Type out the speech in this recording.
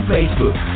Facebook